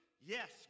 Yes